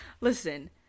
listen